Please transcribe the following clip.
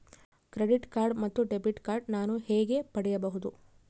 Credit card ಮತ್ತು debit card ನಾನು ಹೇಗೆ ಪಡೆಯಬಹುದು?